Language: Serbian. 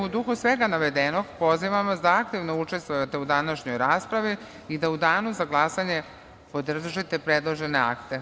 U duhu svega navedenog pozivam vas da aktivno učestvujete u današnjoj raspravi i da u danu za glasanje podržite predložene akte.